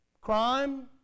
Crime